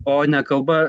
o ne kalba